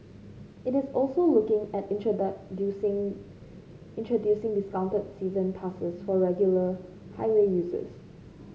it is also looking at introducing discounted season passes for regular highway users